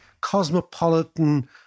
cosmopolitan